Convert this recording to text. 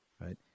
right